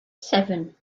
seven